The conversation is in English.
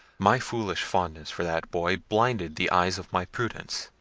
my foolish fondness for that boy blinded the eyes of my prudence